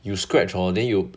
you scratch hor then you